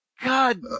God